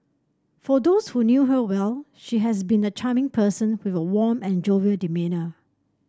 for those who knew her well she has been a charming person with a warm and jovial demeanour